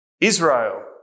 Israel